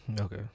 Okay